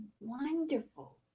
wonderful